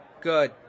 good